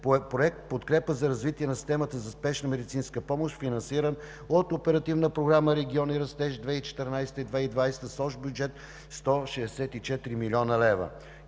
Проект в подкрепа за развитие на системата за спешна медицинска помощ, финансиран от Оперативна програма „Региони в растеж 2014 – 2020 г.“, с общ бюджет 164 млн. лв.